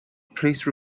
please